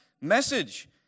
message